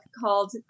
called